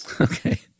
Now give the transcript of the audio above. Okay